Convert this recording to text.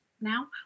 now